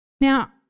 Now